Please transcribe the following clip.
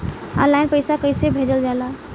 Online पैसा कैसे भेजल जाला?